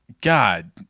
God